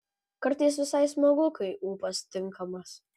kartais visai smagu kai ūpas tinkamas